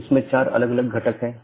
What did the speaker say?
तो यह कुछ सूचित करने जैसा है